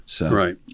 Right